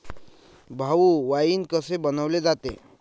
भाऊ, वाइन कसे बनवले जाते?